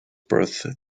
birth